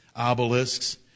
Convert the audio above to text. obelisks